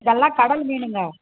இதெல்லாம் கடல் மீன்ங்க